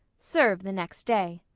serve the next day.